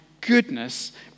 goodness